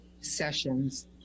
sessions